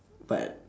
but